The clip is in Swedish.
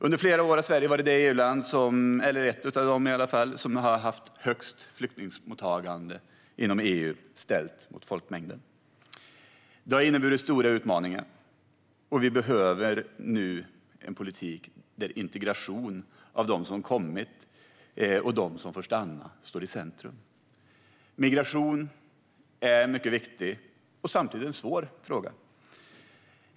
Under flera år har Sverige varit ett av de EU-länder som har haft störst flyktingmottagande inom EU i förhållande till folkmängd. Det har inneburit stora utmaningar, och vi behöver nu en politik där integration av dem som har kommit och som får stanna står i centrum. Migration är en mycket viktig och samtidigt svår fråga.